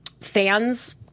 fans